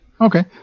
Okay